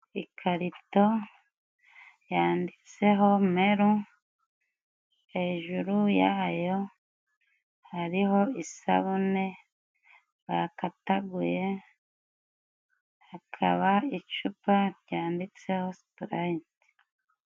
Ikarito yanditseho meru, hejuru yayo hariho isabune bakataguye, hakaba icupa ryanditseho supurayiti.